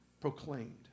proclaimed